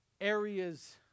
areas